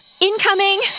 Incoming